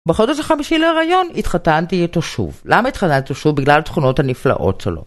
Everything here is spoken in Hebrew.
בחודש החמישי להריון התחתנתי איתו שוב. למה התחתנתי שוב? בגלל התכונות הנפלאות שלו.